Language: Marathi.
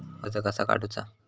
कर्ज कसा काडूचा?